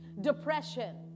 depression